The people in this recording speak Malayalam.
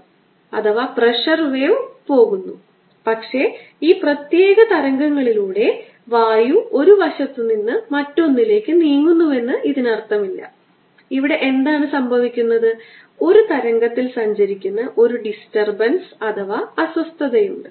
ഇവിടെ ഒരു സിലിണ്ടറാണ് ഇവിടെ മറ്റ് സിലിണ്ടറാണ് ഈ ഓവർലാപ്പിംഗ് മേഖലയിലാണ് നമ്മൾ വൈദ്യുത മണ്ഡലം കണക്കാക്കാൻ ആഗ്രഹിക്കുന്നത്